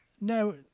No